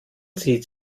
sieht